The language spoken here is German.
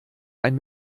ein